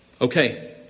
Okay